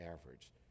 average